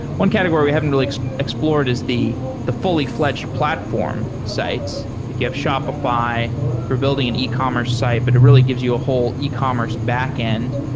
one category we haven't really explored is the the fully-fledged platform sites, like you have shopify rebuilding an ecommerce site, but it really gives you a whole ecommerce backend.